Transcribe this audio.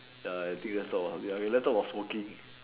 ya I think just stop lets talk about smoking